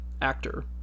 actor